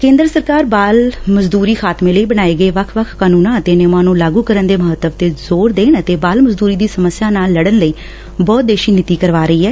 ਕੇ'ਦਰ ਸਰਕਾਰ ਬਾਲ ਮਜ਼ਦੂਰੀ ਦੇ ਖਾਤਮੇ ਲਈ ਬਣਾਏ ਗਏ ਵੱਖ ਵੱਖ ਕਾਨੂੰਨਾ ਅਤੇ ਨਿਯਮਾਂ ਨੂੰ ਲਾਗੂ ਕਰਨ ਦੇ ਮਹੱਤਵ ਤੇ ਜੋਰ ਦੇਣ ਅਤੇ ਬਾਲ ਮਜ਼ਦੁਰੀ ਦੀ ਸਮਸਿਆ ਨਾਲ ਲਤਨ ਲਈ ਬਹੁਉਦੇਸੀ ਨੀਤੀ ਕਰਵਾ ਰਹੀ ਐ